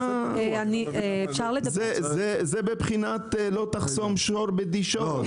זה בבחינת לא תחסום שור בדישו.